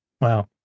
Wow